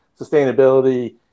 sustainability